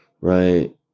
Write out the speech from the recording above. right